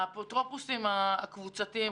האפוטרופוסים הקבוצתיים,